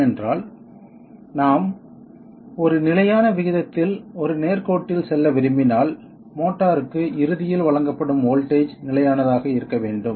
ஏனென்றால் நாம் ஒரு நிலையான விகிதத்தில் ஒரு நேர் கோட்டில் செல்ல விரும்பினால் மோட்டாருக்கு இறுதியில் வழங்கப்படும் வோல்ட்டேஜ் நிலையானதாக இருக்க வேண்டும்